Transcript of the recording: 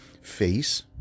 face